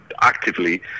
actively